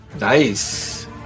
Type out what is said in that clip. Nice